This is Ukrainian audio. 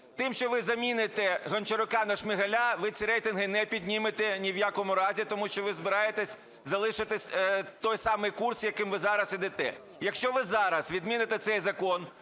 Тим, що ви заміните Гончарука на Шмигаля, ви ці рейтинги не піднімете ні в якому разі, тому що ви збираєтеся залишити той самий курс, яким ви зараз ідете. Якщо ви зараз відміните цей закон,